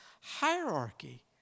hierarchy